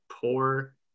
poor